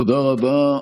תודה רבה.